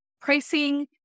pricing